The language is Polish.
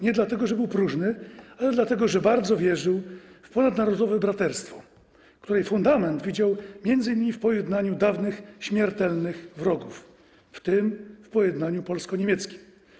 Nie dlatego że był próżny, ale dlatego że bardzo wierzył w ponadnarodowe braterstwo, którego fundament widział m.in. w pojednaniu dawnych śmiertelnych wrogów, w tym w pojednaniu polsko-niemieckim.